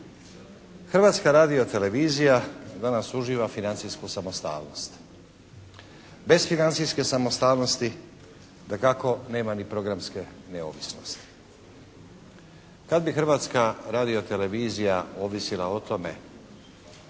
Hrvatska radiotelevizija danas uživa financijsku samostalnost. Bez financijske samostalnosti dakako nema ni programske neovisnosti. Kad bi Hrvatska radiotelevizija ovisila o tome